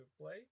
play